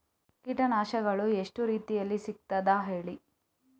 ಕೀಟನಾಶಕಗಳು ಎಷ್ಟು ರೀತಿಯಲ್ಲಿ ಸಿಗ್ತದ ಹೇಳಿ